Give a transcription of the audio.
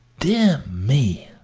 dear me,